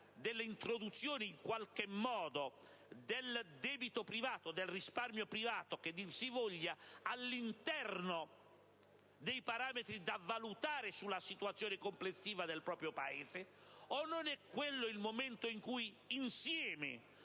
all'introduzione, in qualche modo, del debito privato, del risparmio privato che dir si voglia, all'interno dei parametri da valutare circa la situazione complessiva del proprio Paese. O non è quello il momento in cui, insieme,